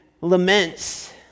laments